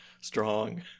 Strong